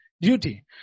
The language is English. duty